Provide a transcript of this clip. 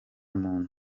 muntu